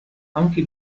anche